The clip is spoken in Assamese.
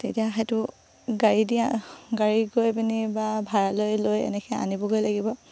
তেতিয়া সেইটো গাড়ী দিয়া গাড়ীত গৈ পিনি বা ভাড়ালৈ লৈ এনেকৈ আনিবগৈ লাগিব